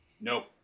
nope